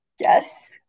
Yes